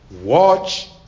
watch